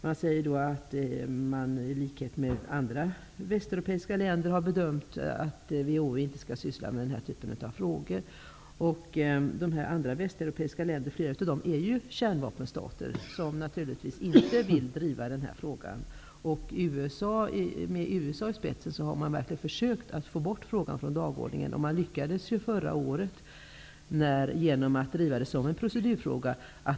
Man säger att man i likhet med andra västeuropeiska länder har bedömt att WHO inte skall syssla med den här typen av frågor. Fyra av dessa västeuropeiska länder är ju kärnvapenstater, som naturligtvis inte vill driva den här frågan. Med USA i spetsen har man verkligen försökt att få bort frågan från dagordningen, vilket man lyckades med förra året genom att driva den som en procedurfråga.